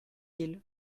ils